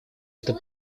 это